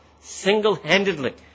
single-handedly